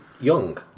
young